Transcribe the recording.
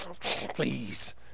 please